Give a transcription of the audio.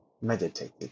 meditated